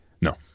No